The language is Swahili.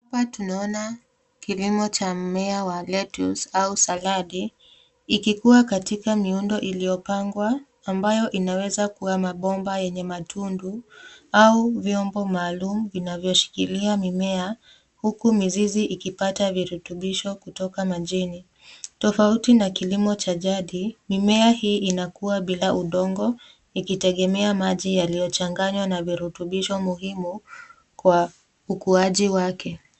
Hapa tunaona kilimo cha mmea wa lettuce au saladi ikikua katika miundo iliyopangwa ambayo inaweza kuwa mabomba yenye matundu au vyombo maalum vinavyoshikilia mimea huku mizizi ikipata virutubisho kutoka majini. Tofauti na kilimo cha jadi, mimea hii inakua bila udongo ikitegemea maji yaliyochanganywa na virutubisho muhimu kwa ukuaji wake.